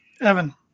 Evan